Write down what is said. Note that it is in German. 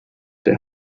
der